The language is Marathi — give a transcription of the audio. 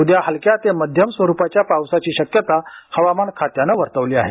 उद्या हलक्या ते मध्यम स्वरुपाच्या पावसाची शक्यता हवामान खात्यानं वर्तवली आहे